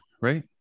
right